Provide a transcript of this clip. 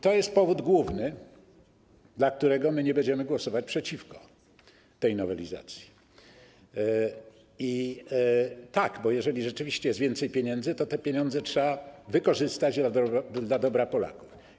To jest główny powód, dla którego nie będziemy głosować przeciwko tej nowelizacji, bo jeżeli rzeczywiście jest więcej pieniędzy, to te pieniądze trzeba wykorzystać dla dobra Polaków.